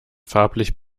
farblich